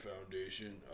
Foundation